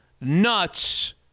nuts